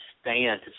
stand